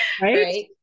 right